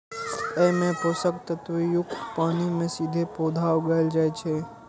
अय मे पोषक तत्व युक्त पानि मे सीधे पौधा उगाएल जाइ छै